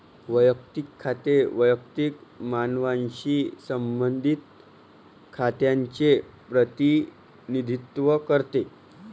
वैयक्तिक खाते वैयक्तिक मानवांशी संबंधित खात्यांचे प्रतिनिधित्व करते